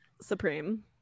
supreme